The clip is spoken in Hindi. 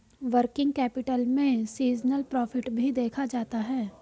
वर्किंग कैपिटल में सीजनल प्रॉफिट भी देखा जाता है